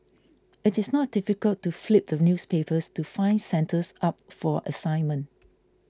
it is not difficult to flip the newspapers to find centres up for assignment